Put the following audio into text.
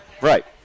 right